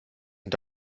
und